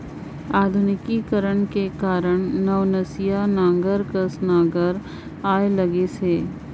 आधुनिकीकरन कर कारन नवनसिया नांगर कस नागर आए लगिस अहे